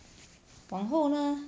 往后呢